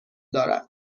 دارد